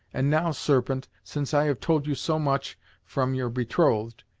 and now, serpent, since i have told you so much from your betrothed,